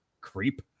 Creep